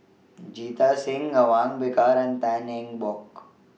Jita Singh Awang Bakar and Tan Eng Bock